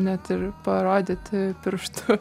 net ir parodyti pirštu